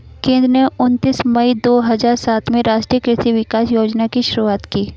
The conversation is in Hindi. केंद्र ने उनतीस मई दो हजार सात में राष्ट्रीय कृषि विकास योजना की शुरूआत की